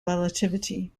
relativity